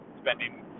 spending